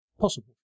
possible